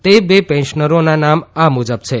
તે બે પેન્શનરોના નામ આ મુજબ છે